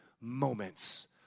moments